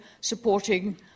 supporting